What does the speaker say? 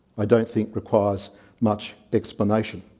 i don't think requires much explanation.